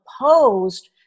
opposed